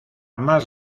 más